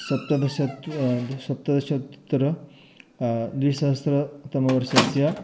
सप्तदश सप्तदशोत्तर द्विसहस्रतमवर्षस्य